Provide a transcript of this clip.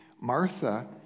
Martha